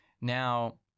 Now